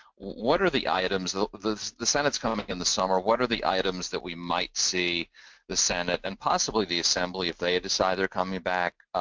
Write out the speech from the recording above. what are the items the, the the senate is coming back in the summer, what are the items that we might see the senate and possibly the assembly, if they decide they're coming back,